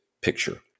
picture